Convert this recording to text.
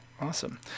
Awesome